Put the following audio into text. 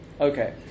Okay